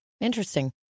interesting